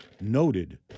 noted